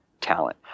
talent